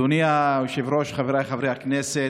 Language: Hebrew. אדוני היושב-ראש, חבריי חברי הכנסת,